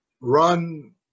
run